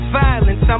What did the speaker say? violence